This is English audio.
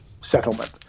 settlement